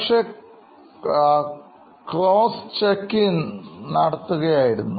ഒരുപക്ഷേ coast checking നടത്തുകയായിരുന്നു